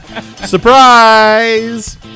Surprise